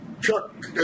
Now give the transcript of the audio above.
Chuck